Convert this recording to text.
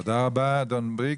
תודה רבה אדון בריק.